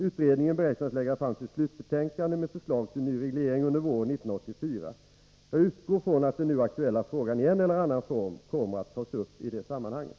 Utredningen beräknas lägga fram sitt slutbetänkande med förslag till ny reglering under våren 1984. Jag utgår från att den nu aktuella frågan i en eller annan form kommer att tas upp i det sammanhanget.